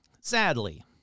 sadly